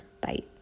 Bye